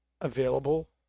available